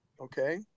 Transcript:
okay